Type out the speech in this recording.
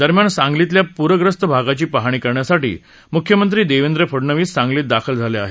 दरम्यान सांगलीतल्या पूरग्रस्त भागाची पाहणी करण्यासाठी मुख्यमंत्री देवेंद्र फडणवीस सांगलीत दाखल झाले आहेत